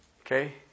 Okay